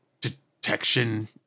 detection